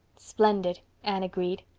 splendid, anne agreed,